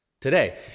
today